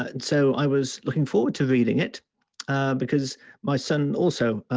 ah and so i was looking forward to reading it because my son also